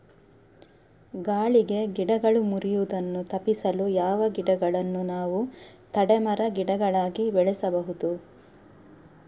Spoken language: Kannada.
ಗಾಳಿಗೆ ಗಿಡಗಳು ಮುರಿಯುದನ್ನು ತಪಿಸಲು ಯಾವ ಗಿಡಗಳನ್ನು ನಾವು ತಡೆ ಮರ, ಗಿಡಗಳಾಗಿ ಬೆಳಸಬಹುದು?